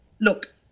Look